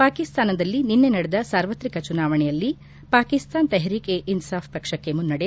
ಪಾಕಿಸ್ತಾನದಲ್ಲಿ ನಿನ್ನೆ ನಡೆದ ಸಾರ್ವತ್ರಿಕ ಚುನಾವಣೆಯಲ್ಲಿ ಪಾಕಿಸ್ತಾನ್ ತೆಹರೀಕ್ ಎ ಇನ್ಲಾಫ್ ಪಕ್ಷಕ್ಕೆ ಮುನ್ನಡೆ